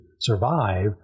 survive